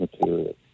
material